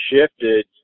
shifted